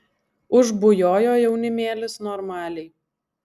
užbujojo jaunimėlis normaliai